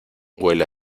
huele